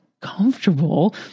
comfortable